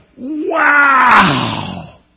Wow